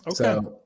Okay